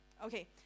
Okay